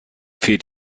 fehlt